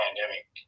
pandemic